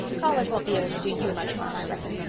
college won't be able to do you much harm, i reckon.